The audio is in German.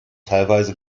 teilweise